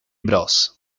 bros